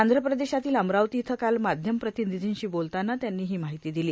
आंध्रप्रदेशातील अमरावती इथं काल माध्यमप्रतिनिधींशी बोलतांना त्यांनी ही माहिती दिली